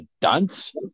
dunce